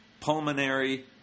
pulmonary